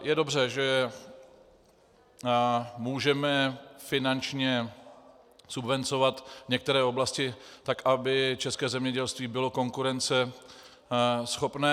Je dobře, že můžeme finančně subvencovat některé oblasti tak, aby české zemědělství bylo konkurenceschopné.